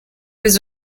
was